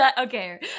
Okay